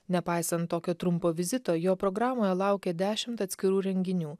nepaisant tokio trumpo vizito jo programoje laukia dešimt atskirų renginių